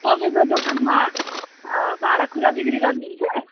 तपाईँको दोकानमा भाँडाकुँडा बिक्री गर्नुहुन्छ